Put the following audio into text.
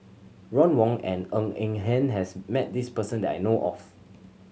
Ron Wong and Ng Eng Hen has met this person that I know of